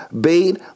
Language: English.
bait